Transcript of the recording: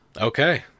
Okay